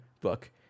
book